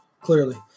Clearly